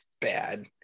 bad